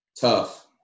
Tough